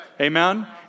Amen